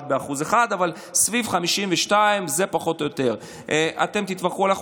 לפחות, 65%, היינו יכולים לדבר על המגמה.